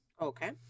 Okay